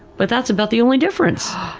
but that's about the only difference.